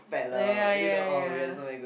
ya ya ya